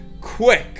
QUICK